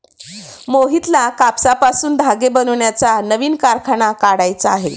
मोहितला कापसापासून धागे बनवण्याचा नवीन कारखाना काढायचा आहे